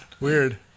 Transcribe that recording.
Weird